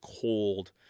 cold